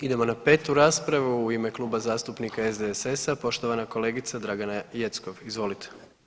Idemo na 5. raspravu u ime Kluba zastupnika SDSS-a poštovana kolegica Dragana Jeckov, izvolite.